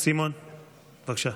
סימון, בבקשה.